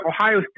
Ohio